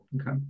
Okay